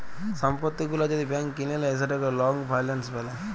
সম্পত্তি গুলা যদি ব্যাংক কিলে লেই সেটকে লং ফাইলাল্স ব্যলে